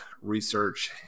research